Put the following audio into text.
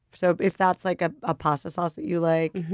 so if that's like ah a pasta sauce that you like,